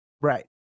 Right